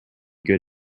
good